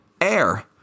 air